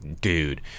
dude